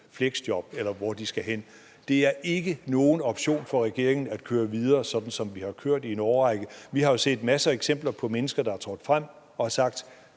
fleksjob, eller hvor de skal hen. Det er ikke nogen option for regeringen at køre videre, sådan som vi har kørt i en årrække. Vi har jo set masser af eksempler på mennesker, der er trådt frem og har